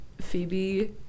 Phoebe